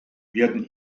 werden